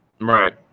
Right